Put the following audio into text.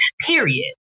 period